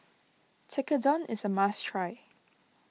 Tekkadon is a must try